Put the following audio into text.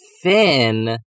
Finn